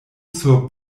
sur